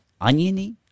oniony